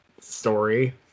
story